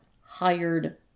hired